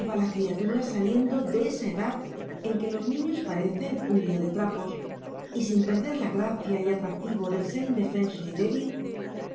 iba la criatura saliendo de esa edad en que los niños parecen un lío de trapos y sin perder la gracia y atractivo del ser indefenso y débil